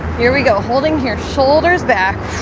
here we go holding here shoulders back